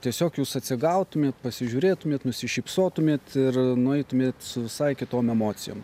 tiesiog jūs atsigautumėt pasižiūrėtumėt nusišypsotumėt ir nueitumėt su visai kitom emocijom